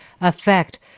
affect